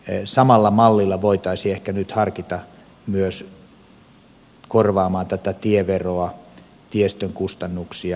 samaa mallia voitaisiin ehkä nyt harkita korvaamaan myös tätä tieveroa tiestön kustannuksia